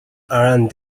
around